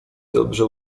dobrze